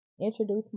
introduce